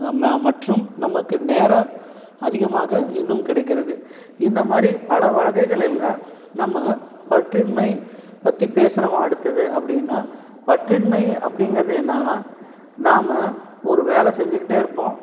ம மற்றும் நமக்கு நேரம் அதிகமாக இன்னும் கிடைக்கிறது இந்த மாதிரி பல வகைகளெல்ல நம்ம பற்றின்மை பற்றி பேசுகிறோம் அடுத்தது அப்படின்னா பற்றின்மை அப்படிங்கிறது என்னன்னா நாம் ஒரு வேலை செஞ்சுக்கிட்டே இருப்போம்